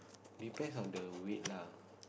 depends on the weight lah